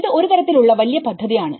ഇത് ഒരു തരത്തിൽ ഉള്ള വലിയ പദ്ധതി ആണ്